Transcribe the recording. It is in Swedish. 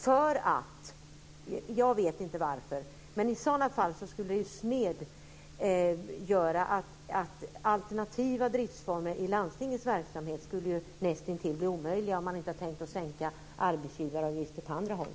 Jag vet inte varför han skulle göra det, men i så fall skulle det snedvrida och göra att alternativa driftsformer i landstingets verksamhet skulle blir näst intill omöjliga om man inte har tänkt sig att sänka arbetsgivaravgifter på andra håll.